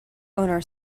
owner